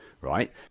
right